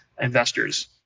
investors